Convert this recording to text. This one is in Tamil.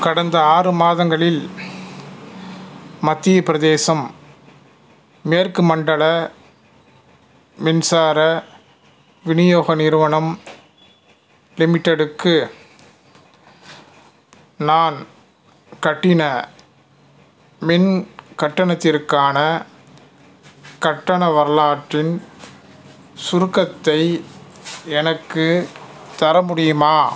கடந்த ஆறு மாதங்களில் மத்திய பிரதேசம் மேற்கு மண்டல மின்சார விநியோக நிறுவனம் லிமிட்டெடுக்கு நான் கட்டின மின் கட்டணத்திற்கான கட்டண வரலாற்றின் சுருக்கத்தை எனக்குத் தர முடியுமா